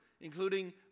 including